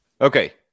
okay